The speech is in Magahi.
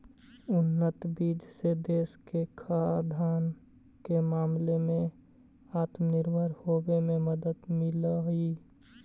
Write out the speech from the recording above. उन्नत बीज से देश के खाद्यान्न के मामले में आत्मनिर्भर होवे में मदद मिललई